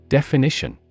Definition